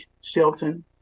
Shelton